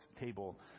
table